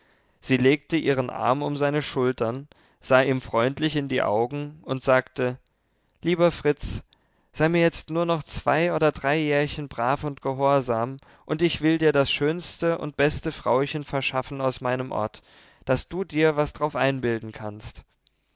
sie legte ihren arm um seine schultern sah ihm freundlich in die augen und sagte lieber fritz sei mir jetzt nur noch zwei oder drei jährchen brav und gehorsam und ich will dir das schönste und beste frauchen verschaffen aus meinem ort daß du dir was darauf einbilden kannst